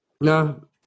No